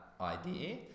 idea